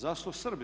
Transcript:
Zašto Srbi?